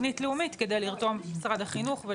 לרתום את משרד החינוך.